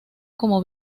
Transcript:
como